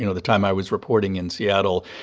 you know the time i was reporting in seattle,